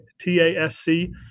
T-A-S-C